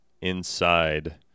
inside